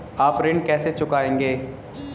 आप ऋण कैसे चुकाएंगे?